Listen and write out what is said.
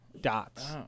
dots